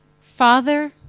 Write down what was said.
Father